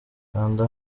kanda